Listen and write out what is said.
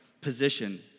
position